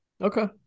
Okay